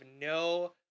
no